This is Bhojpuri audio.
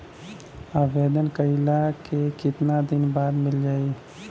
आवेदन कइला के कितना दिन बाद मिल जाई?